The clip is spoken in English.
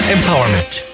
Empowerment